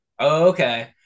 okay